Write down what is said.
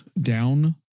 down